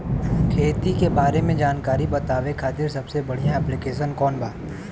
खेती के बारे में जानकारी बतावे खातिर सबसे बढ़िया ऐप्लिकेशन कौन बा?